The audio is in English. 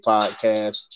Podcast